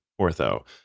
ortho